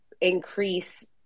increase